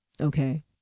Okay